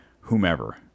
whomever